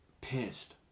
pissed